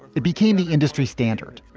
it became the industry standard.